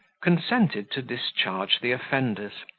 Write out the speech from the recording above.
consented to discharge the offenders,